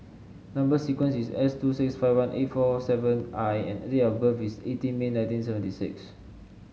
number sequence is S two six five one eight four seven I and date of birth is eighteen May nineteen seventy six